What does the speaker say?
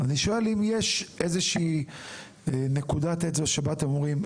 אני שואל: האם יש איזו שהיא נקודת אצבע שאתם אומרים: